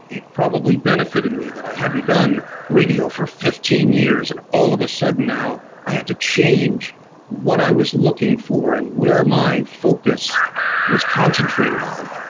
it probably benefit in me that i hadn't done radio for fifteen years and all of a sudden now i had to change what i was looking for and where my focus was concentrated on.